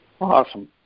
Awesome